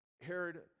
Herod